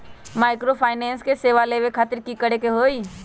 Microfinance के सेवा लेबे खातीर की करे के होई?